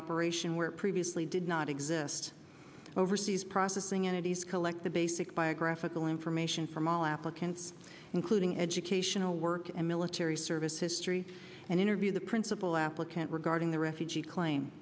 operation where previously did not exist overseas processing entities collect the basic biographical information from all applicants including educational work and military service history and interview the principal applicant regarding the refugee claim